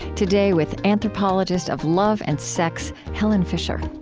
today, with anthropologist of love and sex, helen fisher